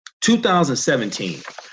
2017